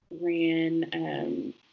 ran